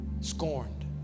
scorned